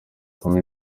kumi